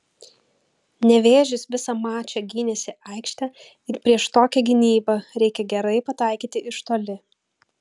nevėžis visą mačą gynėsi aikšte ir prieš tokią gynybą reikia gerai pataikyti iš toli